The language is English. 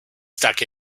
stuck